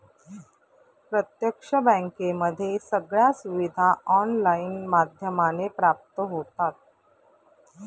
प्रत्यक्ष बँकेमध्ये सगळ्या सुविधा ऑनलाईन माध्यमाने प्राप्त होतात